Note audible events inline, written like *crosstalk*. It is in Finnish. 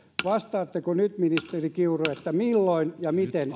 vastaatteko nyt ministeri kiuru milloin ja miten *unintelligible*